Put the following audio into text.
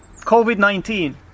COVID-19